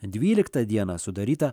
dvyliktą dieną sudaryta